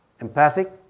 empathic